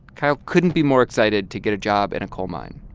kyle couldn't be more excited to get a job in a coal mine.